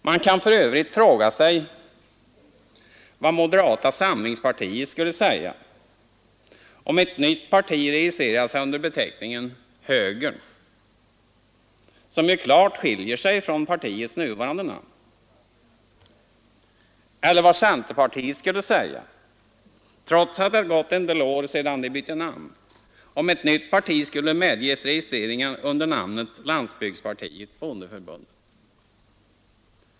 Man kan för övrigt fråga sig vad moderata samlingspartiet skulle säga om ett nytt parti registrerade sig under beteckningen ”Högern”, som ju klart skiljer sig från partiets nuvarande namn, eller vad centerpartiet skulle säga — trots att det gått en del år sedan det bytte namn — om ett nytt parti skulle medges registrering under namnet ”Landsbygdspartiet Bondeförbundet”.